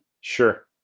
Sure